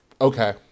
Okay